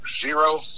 zero